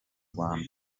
rwanda